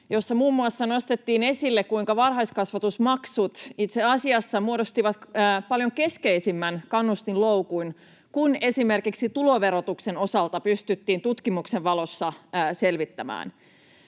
jossa muun muassa nostettiin esille, kuinka varhaiskasvatusmaksut itse asiassa muodostivat paljon keskeisemmän kannustinloukun kuin esimerkiksi tuloverotuksen osalta pystyttiin tutkimuksen valossa selvittämään.